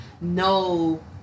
no